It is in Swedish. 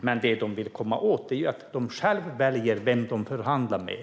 men det de vill komma åt är att de själva väljer vem de förhandlar med.